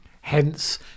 Hence